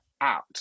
out